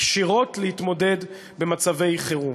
כשירות להתמודד במצבי חירום.